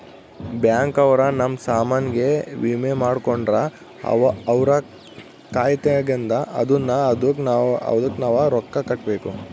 bank ಅವ್ರ ನಮ್ ಸಾಮನ್ ಗೆ ವಿಮೆ ಮಾಡ್ಕೊಂಡ್ರ ಅವ್ರ ಕಾಯ್ತ್ದಂಗ ಅದುನ್ನ ಅದುಕ್ ನವ ರೊಕ್ಕ ಕಟ್ಬೇಕು